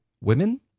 women